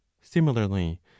Similarly